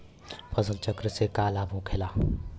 फसल चक्र से का लाभ होखेला?